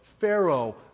Pharaoh